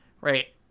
right